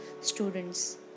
students